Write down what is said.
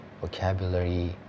vocabulary